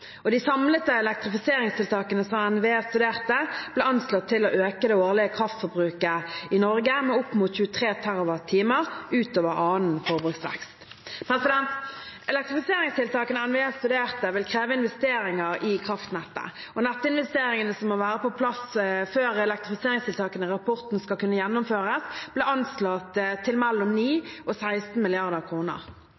De samlede elektrifiseringstiltakene som NVE studerte, ble anslått til å øke det årlige kraftforbruket i Norge med opp mot 23 TWh, utover annen forbruksvekst. Elektrifiseringstiltakene NVE studerte, vil kreve investeringer i kraftnettet. Nettinvesteringene som må være på plass før elektrifiseringstiltakene i rapporten skal kunne gjennomføres, ble anslått til mellom